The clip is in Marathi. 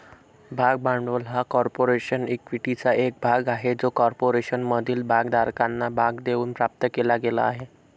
भाग भांडवल हा कॉर्पोरेशन इक्विटीचा एक भाग आहे जो कॉर्पोरेशनमधील भागधारकांना भाग देऊन प्राप्त केला गेला आहे